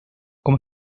como